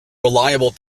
reliable